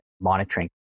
monitoring